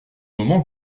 moment